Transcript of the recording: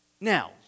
now